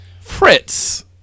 Fritz